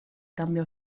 cambiò